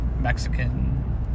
Mexican